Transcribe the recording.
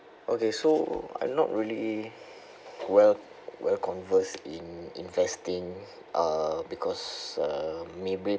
okay so I'm not really well well converse in investing uh because uh maybe